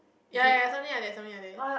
ya ya something like that something like that